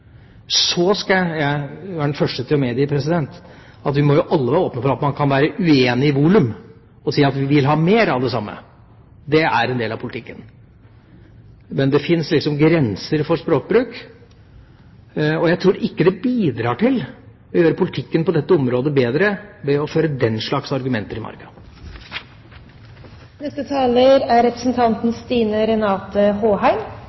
så mye som vi har gjort ved Kriminalomsorgens utdanningssenter. Så skal jeg være den første til å medgi at vi må alle være åpne for at man kan være uenig i volum og si at vi vil ha mer av det samme. Det er en del av politikken. Men det fins grenser for språkbruk. Jeg tror ikke det bidrar til å gjøre politikken på dette området bedre ved å føre den slags argumenter i